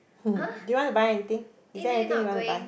do you want to buy anything is there anything you want to buy